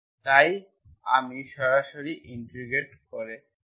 তাই আমি সরাসরি ইন্টিগ্রেট করে জেনারেল সল্যুশন পেয়েছি